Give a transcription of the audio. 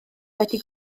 wedi